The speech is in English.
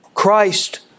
Christ